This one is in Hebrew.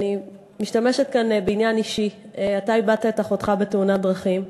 ואני משתמשת כאן בעניין אישי: אתה איבדת את אחותך בתאונת דרכים.